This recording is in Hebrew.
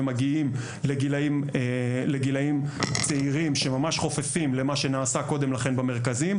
ומגיעים לגילאים צעירים שממש חופפים למה שנעשה קודם לכן במרכזים,